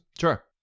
Sure